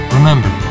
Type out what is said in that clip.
Remember